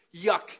Yuck